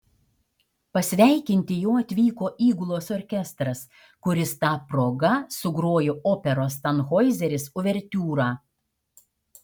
pasveikinti jo atvyko įgulos orkestras kuris ta proga sugrojo operos tanhoizeris uvertiūrą